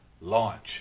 launch